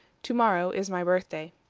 to-morrow is my birth-day.